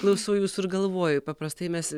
klausau jūsų ir galvoju paprastai mes